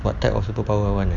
what type of superpower I want ah